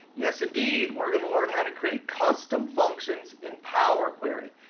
yes, indeed we're going to learn how to create custom functions in power query.